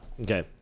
Okay